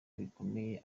bikomeye